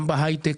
גם בהייטק,